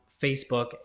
Facebook